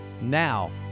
Now